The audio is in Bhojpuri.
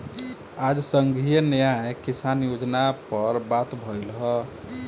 आज संघीय न्याय किसान योजना पर बात भईल ह